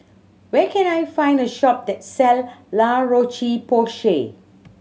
where can I find a shop that sell La Roche Porsay